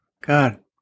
God